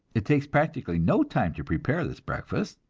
it takes practically no time to prepare this breakfast.